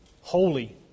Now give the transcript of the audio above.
Holy